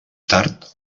tard